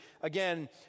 again